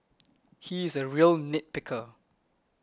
he is a real nit picker